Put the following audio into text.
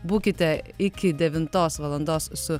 būkite iki devintos valandos su